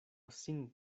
sin